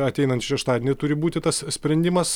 ateinantį šeštadienį turi būti tas sprendimas